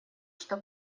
что